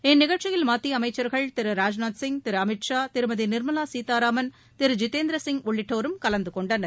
இந்நிகழ்ச்சியில் மத்திய அமைச்சர்கள் திரு ராஜ்நாத் சிங் திரு அமித் ஷா திருமதி நிர்மலா சீதாராமன் திரு ஜிதேந்திர சிங் உள்ளிட்டோரும் கலந்து கொண்டனர்